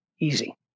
easy